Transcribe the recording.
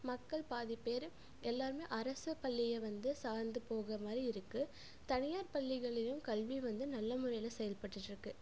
மக்கள் பாதி பேர் எல்லோருமே அரசு பள்ளியை வந்து சார்ந்து போகிற மாதிரி இருக்குது தனியார் பள்ளிகள்லேயும் கல்வி வந்து நல்ல முறையில் செயல்பட்டுட்ருக்கு